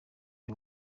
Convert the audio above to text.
the